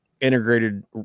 integrated